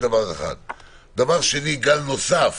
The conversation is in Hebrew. דבר שני, גל נוסף